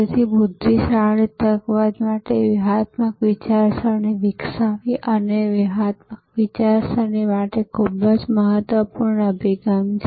તેથી બુદ્ધિશાળી તકવાદ માટે વ્યૂહાત્મક વિચારસરણી વિકસાવવી એ વ્યૂહાત્મક વિચારસરણી માટે ખૂબ જ મહત્વપૂર્ણ અભિગમ છે